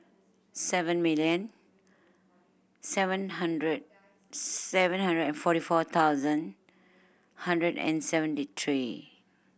seven million seven hundred seven hundred and forty four thousand hundred and seventy three